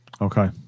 Okay